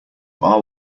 are